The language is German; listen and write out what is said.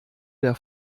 der